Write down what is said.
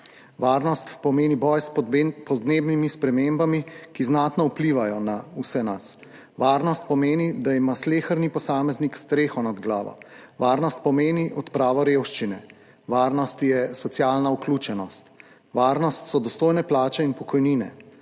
Varnost pomeni boj s podnebnimi spremembami, ki znatno vplivajo na vse nas. Varnost pomeni, da ima sleherni posameznik streho nad glavo. Varnost pomeni odpravo revščine. Varnost je socialna vključenost, varnost so dostojne plače in pokojnine.